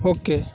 okay